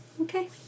okay